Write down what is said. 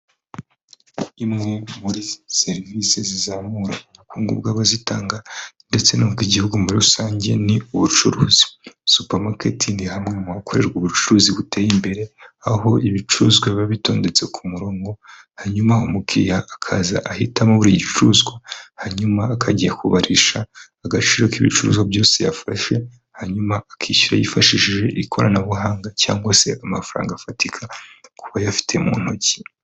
Imwe muri serivisi zizamura ubukungu bw'abazitanga ndetse n'ubw'igihugu muri rusange ni ubucuruzi. Supermarket ni hamwe muhakorerwa ubucuruzi buteye imbere aho ibicuruzwa biba bitondetse ku murongo hanyuma umukiriya akaza ahitamo buri gicuruzwa hanyuma akajya kubarisha agaciro k'ibicuruzwa byose yafashe hanyuma akishyura yifashishije ikoranabuhanga cyangwa se amafaranga afatika ku bayafite mu ntoki.